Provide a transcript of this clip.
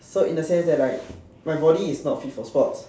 so in a sense that like my body is not fit for sports